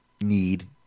need